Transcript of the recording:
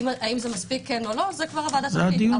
אם זה מספיק או לא הוועדה תחליט.